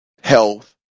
health